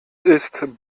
ist